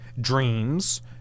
dreams